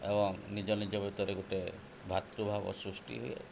ଏବଂ ନିଜ ନିଜ ଭିତରେ ଗୋଟେ ଭାତୃଭାବ ସୃଷ୍ଟି